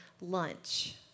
lunch